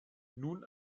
nun